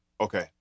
Okay